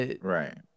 Right